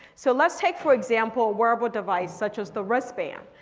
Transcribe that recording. so lets take for example wearable device such as the wrist band.